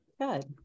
Good